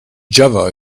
java